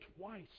twice